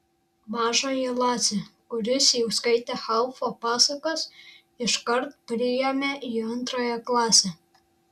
mažąjį lacį kuris jau skaitė haufo pasakas iškart priėmė į antrąją klasę